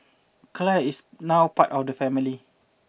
Clare is now part of the family